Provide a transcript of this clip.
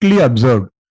observed